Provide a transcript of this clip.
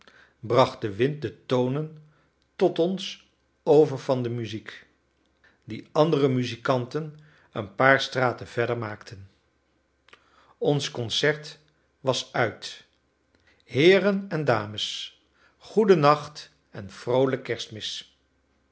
bracht de wind de tonen tot ons over van de muziek die andere muzikanten een paar straten verder maakten ons concert was uit heeren en dames goeden nacht en vroolijke kerstmis